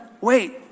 wait